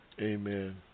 Amen